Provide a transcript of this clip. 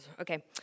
okay